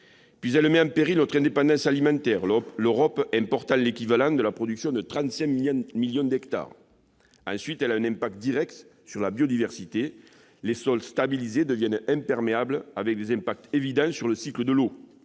Puis, elle met en péril notre indépendance alimentaire, l'Europe important l'équivalent de la production de 35 millions d'hectares. Ensuite, elle a un impact direct sur la biodiversité : les sols stabilisés deviennent imperméables, ce qui a des effets évidents sur le cycle de l'eau.